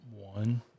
One